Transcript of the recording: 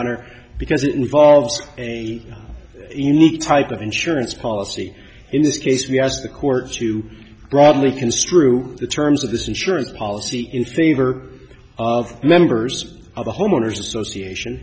honor because it involves a unique type of insurance policy in this case we ask the court to broadly construed the terms of this insurance policy in favor of members of the homeowners association